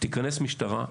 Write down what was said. תיכנס משטרה,